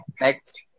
next